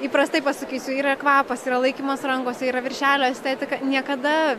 įprastai pasakysiu yra kvapas yra laikymas rankose yra viršelio estetika niekada